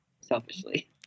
selfishly